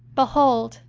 behold,